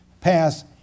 pass